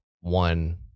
one